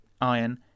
iron